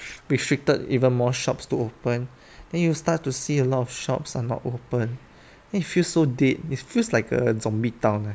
restricted even more shops to open then you will start to see a lot of shops are not open it feels so dead it feels like a zombie town leh